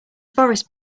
forest